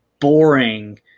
boring